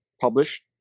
published